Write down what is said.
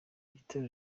gitero